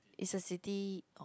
is a city